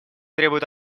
требует